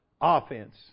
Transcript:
offense